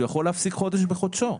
הוא יכול להפסיק חודש בחודשו.